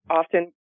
often